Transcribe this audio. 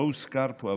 לא הוזכר פה,